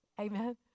Amen